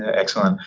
ah excellent.